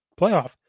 playoff